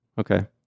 Okay